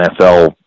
NFL